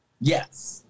Yes